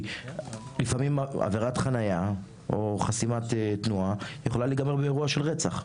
לפעמים עבירת חניה או חסימת תנועה יכולה להיגמר באירוע של רצח,